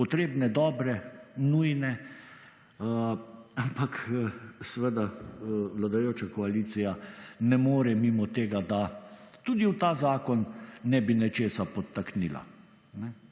potrebne dobre, nujne, ampak seveda, vladajoča koalicija ne more mimo tega, da tudi v ta zakon ne bi nečesa podtaknila,